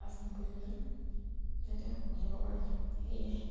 আচাম পুলিচত যাতে সফল হ'ব পাৰোঁ সেয়াই